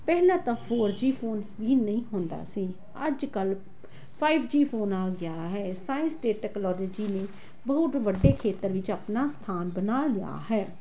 ਪਹਿਲਾਂ ਤਾਂ four G phone ਵੀ ਨਹੀਂ ਹੁੰਦਾ ਸੀ ਅੱਜ ਕੱਲ੍ਹ ਫਾਈਵ ਜੀ ਫੌਨ ਆ ਗਿਆ ਹੈ ਸਾਇੰਸ ਅਤੇ ਟੈਕਲੋਲਜੀ ਨੇ ਬਹੁਤ ਵੱਡੇ ਖੇਤਰ ਵਿੱਚ ਆਪਣਾ ਸਥਾਨ ਬਣਾ ਲਿਆ ਹੈ